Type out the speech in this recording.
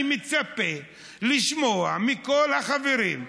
אני מצפה לשמוע מכל החברים,